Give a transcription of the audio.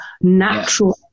natural